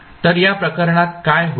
तर या प्रकरणात काय होईल